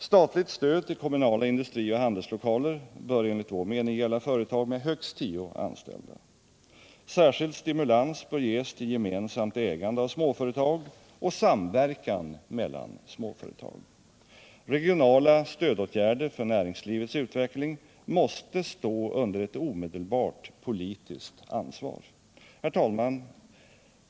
Statligt stöd till kommunala industrioch handelslokaler bör, enligt vår mening, gälla företag med högst tio anställda. Särskild stimulans bör ges till gemensamt ägande av småföretag och samverkan mellan småföretag. Regionala stödåtgärder för näringslivets utveckling måste stå under ett direkt politiskt ansvar. Herr talman!